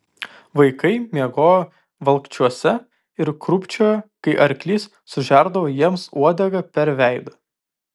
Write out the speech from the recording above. vaikai miegojo valkčiuose ir krūpčiojo kai arklys sužerdavo jiems uodega per veidą